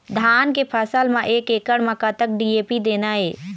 धान के फसल म एक एकड़ म कतक डी.ए.पी देना ये?